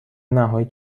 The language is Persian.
نهایی